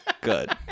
good